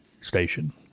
station